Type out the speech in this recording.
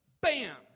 bam